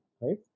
right